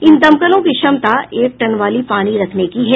इन दमकलों की क्षमता एक टन पानी रखने की है